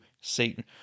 Satan